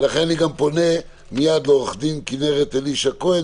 ולכן אני גם פונה מייד לעו"ד כנרת אלישע כהן,